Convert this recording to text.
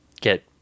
get